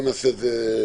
התש"ף